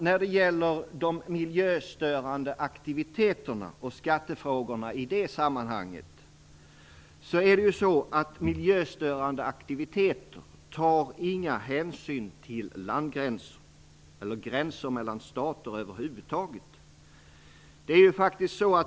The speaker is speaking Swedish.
När det gäller de miljöstörande aktiviteterna och skattefrågorna i det sammanhanget är det ju så att miljöstörande aktiviteter inte tar några hänsyn till landgränser eller gränser mellan stater över huvud taget.